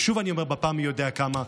ושוב אני אומר, בפעם המי-יודע כמה,